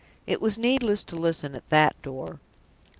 it was needless to listen at that door.